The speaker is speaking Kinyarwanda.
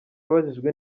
abajijwe